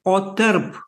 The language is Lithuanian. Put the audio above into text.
o tarp